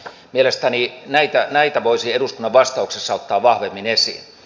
mielestäni näitä voisi eduskunnan vastauksessa ottaa vahvemmin esiin